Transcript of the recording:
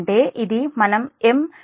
అంటే ఇది మనం M HΠf